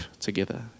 together